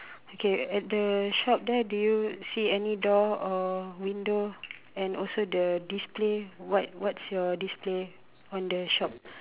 okay at the shop there do you see any door or window and also the display what what's your display on the shop